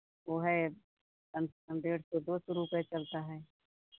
वो है कम से कम डेढ़ सौ दो सौ रुपये चलता है